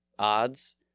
odds